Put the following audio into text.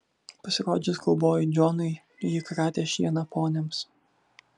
pasirodžius kaubojui džonui ji kratė šieną poniams